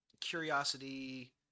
curiosity